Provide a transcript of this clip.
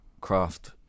craft